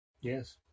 Yes